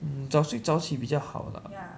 早睡早起比较好 lah